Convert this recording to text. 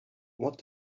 what